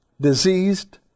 diseased